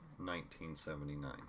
1979